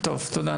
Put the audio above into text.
טוב, תודה.